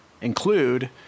include